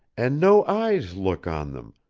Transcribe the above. and no eyes look on them,